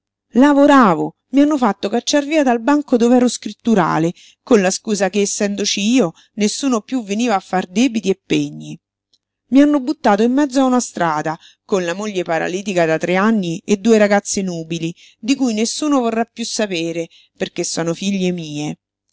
avoravo i hanno fatto cacciar via dal banco dov'ero scritturale con la scusa che essendoci io nessuno piú veniva a far debiti e pegni mi hanno buttato in mezzo a una strada con la moglie paralitica da tre anni e due ragazze nubili di cui nessuno vorrà piú sapere perché sono figlie mie